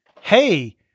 hey